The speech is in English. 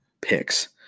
picks